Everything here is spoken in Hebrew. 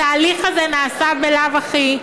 התהליך הזה נעשה בלאו הכי.